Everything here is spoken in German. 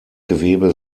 gewebe